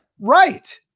Right